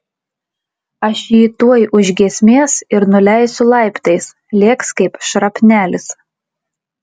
aš jį tuoj už giesmės ir nuleisiu laiptais lėks kaip šrapnelis